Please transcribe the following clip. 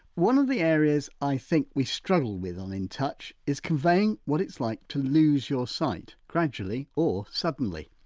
one of the areas i think we struggle with on in touch is conveying what it's like to lose your sight, gradually or suddenly.